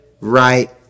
right